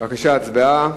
עוברים להצבעה.